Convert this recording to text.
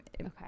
Okay